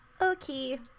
Okay